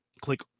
click